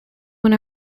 when